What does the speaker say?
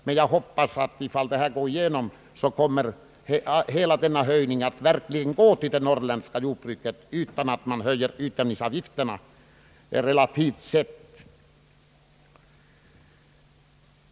Om reservationen går igenom hoppas jag att hela höjningen verkligen går till det norrländska jordbruket, utan att man höjer utjämningsavgifterna relativt sett.